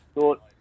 thought